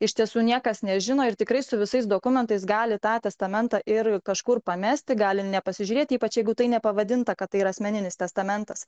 iš tiesų niekas nežino ir tikrai su visais dokumentais gali tą testamentą ir kažkur pamesti gali nepasižiūrėti ypač jeigu tai nepavadinta kad tai yra asmeninis testamentas